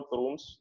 rooms